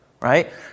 right